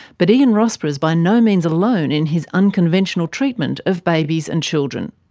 but ian rossborough is by no means alone in his unconventional treatment of babies and children.